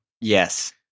Yes